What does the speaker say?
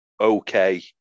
okay